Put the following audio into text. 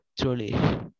truly